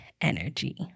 energy